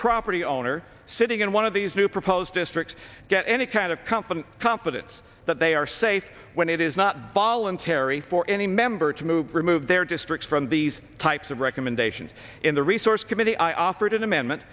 property owner sitting in one of these new proposed districts get any kind of company confidence that they are safe when it is not ballance harry for any member to move remove their districts from these types of recommendations in the resource committee i offered an amendment